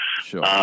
Sure